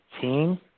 team